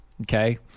okay